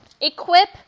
Equip